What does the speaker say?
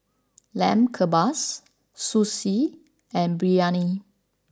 Lamb Kebabs Sushi and Biryani